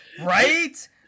Right